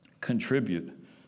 Contribute